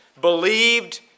believed